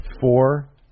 four